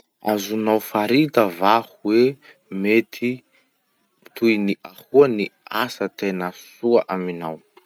Azonao farita va hoe mety toy ny ahoa ny asa tena soa aminao?